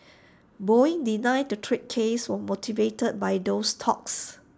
boeing denied the trade case was motivated by those talks